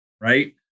right